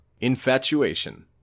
infatuation